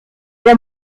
der